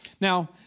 Now